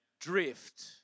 drift